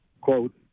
quote